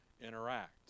interact